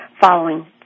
following